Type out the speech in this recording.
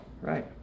Right